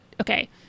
Okay